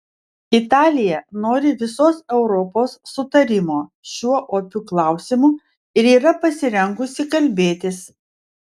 italija nori visos europos sutarimo šiuo opiu klausimu ir yra pasirengusi kalbėtis